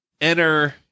enter